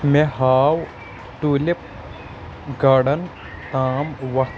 مے ہاو tulip garden تام وتھ